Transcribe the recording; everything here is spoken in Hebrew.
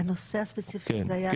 הנושא הספציפי היה שטחי C?